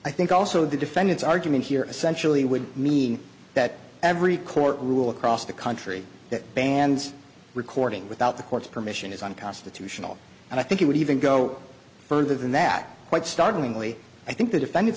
i think also the defendant's argument here essentially would mean that every court rule across the country that bans recording without the court's permission is unconstitutional and i think it would even go further than that quite startlingly i think the defendant